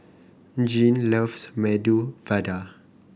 Jeane loves Medu Vada